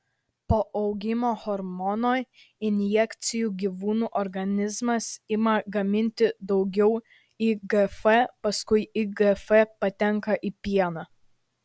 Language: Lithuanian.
po augimo hormono injekcijų gyvūnų organizmas ima gaminti daugiau igf paskui igf patenka į pieną